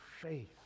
faith